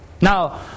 Now